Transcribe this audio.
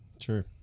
sure